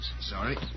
Sorry